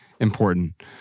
Important